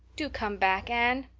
do come back, anne.